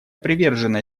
привержена